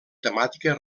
temàtica